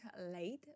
late